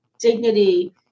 dignity